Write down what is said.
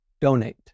donate